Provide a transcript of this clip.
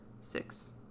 six